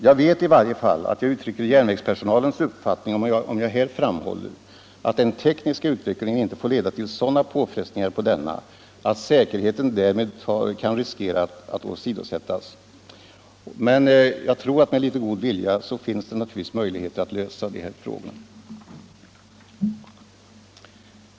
Jag vet i varje fall att jag uttrycker järnvägspersonalens uppfattning om jag här framhåller att den tekniska utvecklingen inte bör leda till sådana påfrestningar att man riskerar att säkerheten därmed kan åsidosättas. Men jag tror att det med litet god vilja finns möjligheter att lösa detta problem.